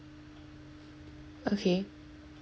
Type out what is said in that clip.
okay